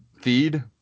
feed